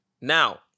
now